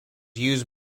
use